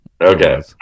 Okay